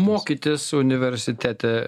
mokytis universitete